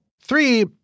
Three—